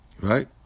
Right